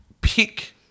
pick